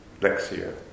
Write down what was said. Lexia